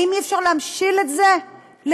האם אי-אפשר להמשיל את זה לתאונה?